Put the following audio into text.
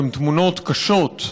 הן תמונות קשות,